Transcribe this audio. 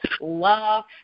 love